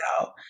out